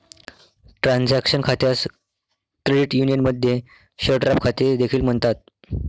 transaction खात्यास credit युनियनमध्ये share draft खाते देखील म्हणतात